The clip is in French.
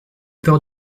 peur